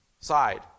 side